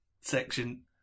section